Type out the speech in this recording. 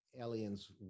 aliens